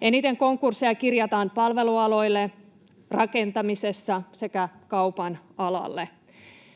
Eniten konkursseja kirjataan palvelualoille, rakentamisessa sekä kaupan alalle.